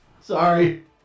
Sorry